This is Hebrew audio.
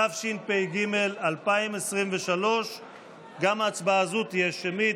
התשפ"ג 2023. גם ההצבעה הזו תהיה שמית.